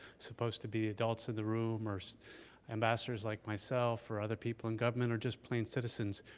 supposed-to-be-adults in the room, or so ambassadors like myself, or other people in government, or just plain citizens,